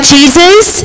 Jesus